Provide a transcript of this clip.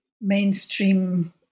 Mainstream